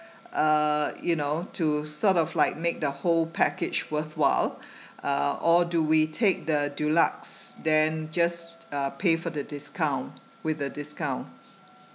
uh you know to sort of like make the whole package worthwhile uh or do we take the deluxe then just uh pay for the discount with a discount